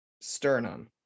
sternum